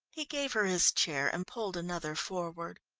he gave her his chair and pulled another forward.